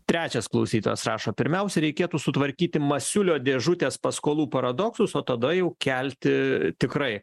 trečias klausytojas rašo pirmiausia reikėtų sutvarkyti masiulio dėžutės paskolų paradoksus o tada jau kelti tikrai